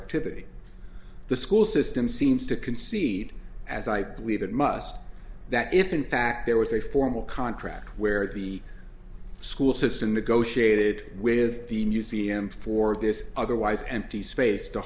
activity the school system seems to concede as i believe it must that if in fact there was a formal contract where the school system negotiated with the museum for this otherwise empty space to